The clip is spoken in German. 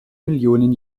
millionen